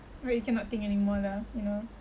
right you cannot think anymore lah you know